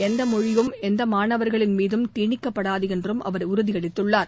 எந்த மொழியும் எந்த மாணவர்களின் மீதும் திணிக்கப்படாது என்றும் அவர் உறுதி அளித்துள்ளார்